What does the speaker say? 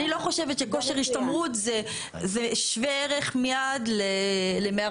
אני לא חושבת שכושר השתמרות זה שווה ערך מיד ל-143.